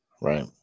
Right